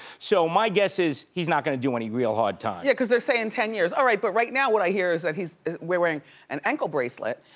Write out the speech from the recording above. so my guess is he's not gonna do any real hard time. yeah, cause they're saying ten years. all right, but right now what i hear is that he's wearing an ankle bracelet,